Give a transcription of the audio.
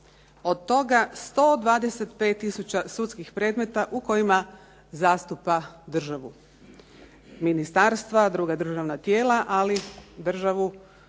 od toga 125 tisuća sudskih predmeta u kojima zastupa državu, ministarstva, druga državna tijela, ali državu